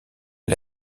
est